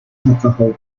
alcohol